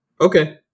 Okay